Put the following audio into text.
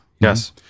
yes